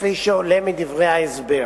כפי שעולה מדברי ההסבר,